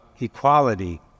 equality